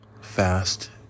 Fast